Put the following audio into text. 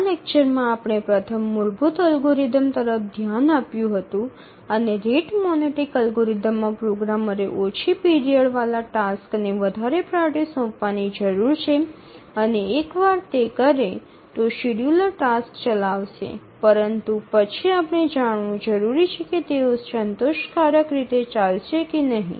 આ લેક્ચરમાં આપણે પ્રથમ મૂળભૂત અલ્ગોરિધમ તરફ ધ્યાન આપ્યું હતું અને રેટ મોનોટોનિક અલ્ગોરિધમ માં પ્રોગ્રામરે ઓછી પીરિયડ વાળા ટાસક્સ ને વધારે પ્રાઓરિટી સોંપવાની જરૂર છે અને એકવાર તે કરે તો શેડ્યુલર ટાસક્સ ચલાવશે પરંતુ પછી આપણે જાણવું જરૂરી છે કે તેઓ સંતોષકારક રીતે ચાલશે કે નહીં